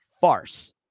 farce